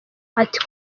ati